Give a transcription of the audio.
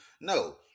No